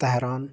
Tehran